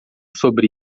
sobre